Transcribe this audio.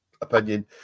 opinion